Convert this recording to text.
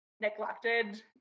neglected